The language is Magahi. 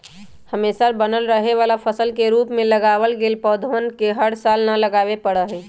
हमेशा बनल रहे वाला फसल के रूप में लगावल गैल पौधवन के हर साल न लगावे पड़ा हई